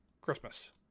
Christmas